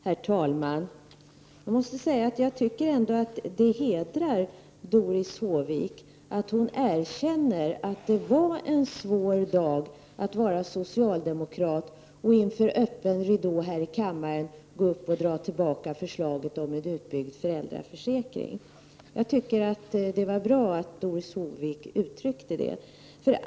Herr talman! Jag måste säga att jag tycker att det hedrar Doris Håvik att hon erkänner att det var en svår dag att vara socialdemokrat och inför öppen ridå här i kammaren dra tillbaka förslaget om en utbyggd föräldraförsäkring. Det var bra att Doris Håvik uttryckte det.